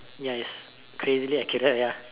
ya it is crazily accurate ya